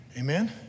Amen